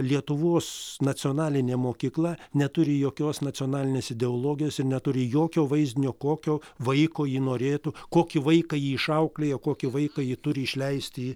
lietuvos nacionalinė mokykla neturi jokios nacionalinės ideologijos ir neturi jokio vaizdinio kokio vaiko ji norėtų kokį vaiką ji išauklėja kokį vaiką ji turi išleisti į